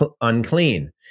unclean